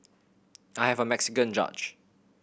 I have a Mexican judge